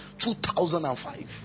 2005